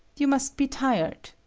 you must be tired.